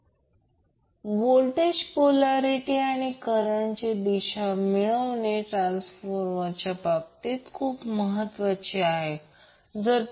म्हणून जर या दोन अटी कायम राहिल्या तर संबंधित प्रतिबाधा मी सांगितली